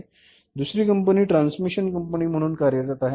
तसेच दुसरी company transmission company म्हणून कार्यरत आहे